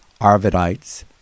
Arvidites